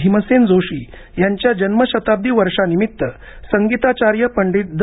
भीमसेन जोशी यांच्या जन्मशताब्दी वर्षानिमित्त संगीताचार्य पंडित द